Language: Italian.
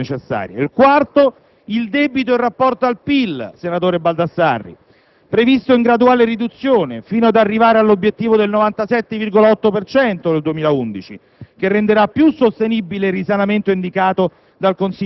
circostanza, questa, che permetterà di contenere l'entità della manovra necessaria. Quarto, il debito in rapporto al PIL, senatore Baldassarri, che, previsto in graduale riduzione fino ad arrivare all'obiettivo del 97,8 per cento